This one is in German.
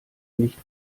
nicht